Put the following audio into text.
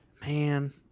Man